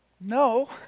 No